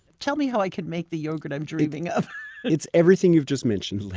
tell me how i can make the yogurt i'm dreaming of it's everything you've just mentioned.